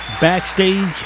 backstage